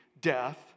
death